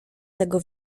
tego